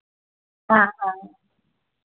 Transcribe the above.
हां हां